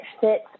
fits